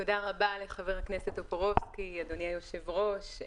תודה רבה, ח"כ טופורובסקי, אדוני היושב-ראש.